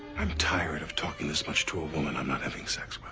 i'm tired of talking this much to a woman i'm not having sex with.